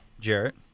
Jarrett